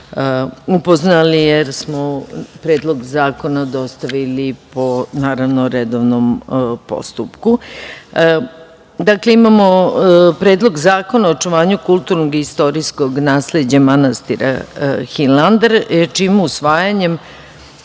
upoznali, jer smo Predlog zakona dostavili po redovnom postupku. Dakle, imamo Predlog zakona o očuvanju kulturnog i istorijskog nasleđa manastira Hilandar čijim usvajanjem